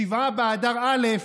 שבעה באדר א',